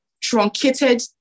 truncated